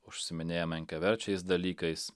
užsiiminėja menkaverčiais dalykais